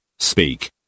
Speak